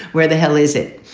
where the hell is it?